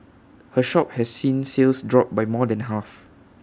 her shop has seen sales drop by more than half